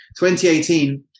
2018